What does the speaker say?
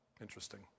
Interesting